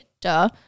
duh